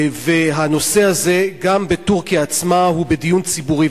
והנושא הזה גם בטורקיה עצמה הוא בדיון ציבורי.